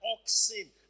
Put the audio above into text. oxen